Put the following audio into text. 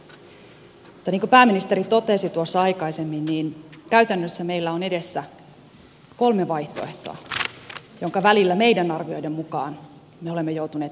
mutta niin kuin pääministeri totesi tuossa aikaisemmin käytännössä meillä on edessä kolme vaihtoehtoa joiden välillä meidän arvioidemme mukaan me olemme joutuneet tekemään valintoja